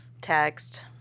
Text